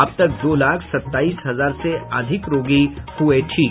अब तक दो लाख सत्ताईस हजार से अधिक रोगी हुये ठीक